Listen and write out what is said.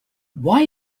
why